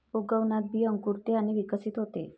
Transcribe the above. उगवणात बी अंकुरते आणि विकसित होते